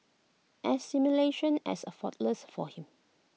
assimilation as effortless for him